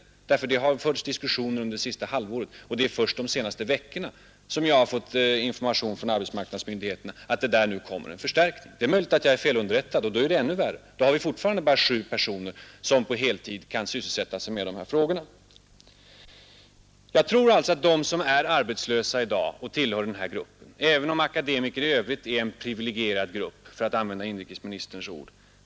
Det har ju förts diskussioner om det under det sista halvåret, men först under de senaste veckorna har jag från arbetsmarknadsmyndigheterna fått information om att det kommer att ske en förstärkning. Det är möjligt att jag är felunderrättad där, och i så fall är det ännu värre. Då finns det fortfarande bara sju personer som på heltid skall sysselsätta sig med dessa frågor. De som i dag är arbetslösa och som tillhör akademikergruppen har det svårt — även om akademikerna utgör en privilegierad grupp, för att använda inrikesministerns ord.